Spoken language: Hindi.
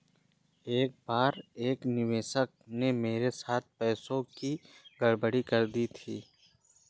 एक बार एक निवेशक ने मेरे साथ पैसों की गड़बड़ी कर दी थी